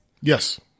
Yes